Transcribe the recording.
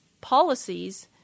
policies